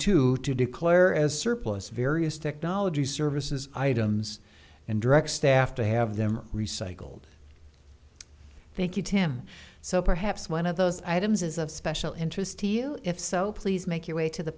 two to declare as surplus various technology services items and direct staff to have them recycled thank you tim so perhaps one of those items is of special interest to you if so please make your way to the